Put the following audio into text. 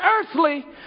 earthly